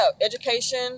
education